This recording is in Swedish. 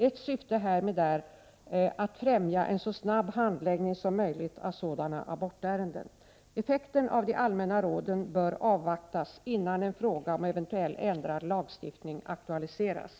Ett syfte härmed är att främja en så snabb handläggning som möjligt av sådana abortärenden. Effekten av de allmänna råden bör avvaktas innan en fråga om eventuellt ändrad lagstiftning aktualiseras.